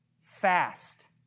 fast